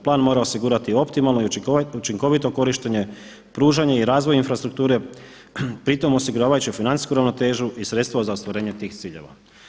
Plan mora osigurati optimalno i učinkovito korištenje, pružanje i razvoj infrastrukture pri tome osiguravajući financijsku ravnotežu i sredstva za ostvarenje tih ciljeva.